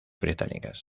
británicas